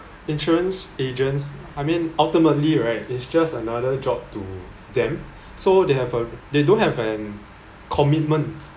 insurance agents I mean ultimately right it's just another job to them so they have uh they don't have an commitment